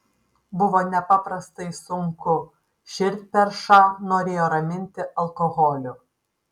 buvo nepaprastai sunku širdperšą norėjo raminti alkoholiu